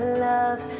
love